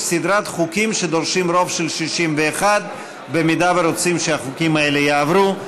יש סדרת חוקים שדורשים רוב של 61 אם רוצים שהחוקים האלה יעברו.